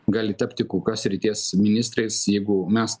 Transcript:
gali tapti kokios srities ministrais jeigu mes